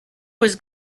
was